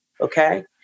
Okay